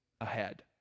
ahead